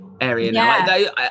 area